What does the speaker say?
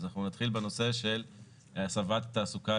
אז אנחנו נתחיל בנושא של הסבת תעסוקה